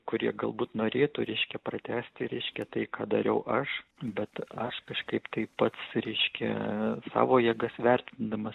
kurie galbūt norėtų reiškia pratęsti reiškia tai ką dariau aš bet aš kažkaip tai pats reiškia savo jėgas vertindamas